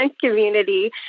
community